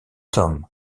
tom